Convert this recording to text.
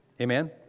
Amen